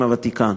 עם הוותיקן.